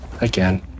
Again